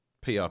PR